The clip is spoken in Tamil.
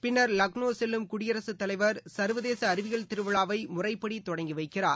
பின்னர் லக்னோ செல்லும் குடியரசுத் தலைவர் சர்வதேச அறிவியல் திருவிழாவை முறைப்படி தொடங்கி வைக்கிறார்